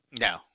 No